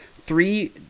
three